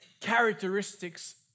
characteristics